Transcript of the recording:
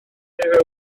oergell